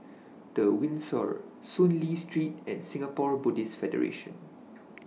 The Windsor Soon Lee Street and Singapore Buddhist Federation